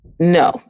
No